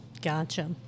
Gotcha